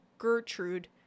gertrude